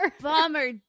bummer